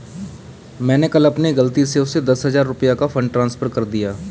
मैंने कल अपनी गलती से उसे दस हजार रुपया का फ़ंड ट्रांस्फर कर दिया